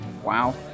Wow